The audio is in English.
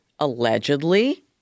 allegedly